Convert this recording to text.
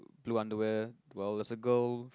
blue underwear while there's a girl